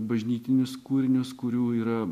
bažnytinius kūrinius kurių yra